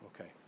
Okay